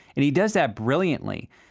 and he does that brilliantly.